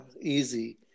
easy